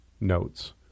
notes